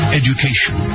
education